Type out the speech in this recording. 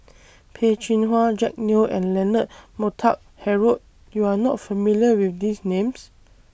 Peh Chin Hua Jack Neo and Leonard Montague Harrod YOU Are not familiar with These Names